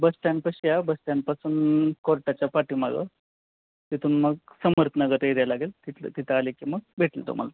बस stand पाशी या बसस्टँडपासून कोर्टाच्या पाठी मागं तिथून मग समर्थ नगर एरिया लागेल तिथ तिथं आले की मग भेटल तुम्हाला